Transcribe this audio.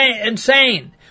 insane